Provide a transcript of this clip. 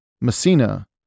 Messina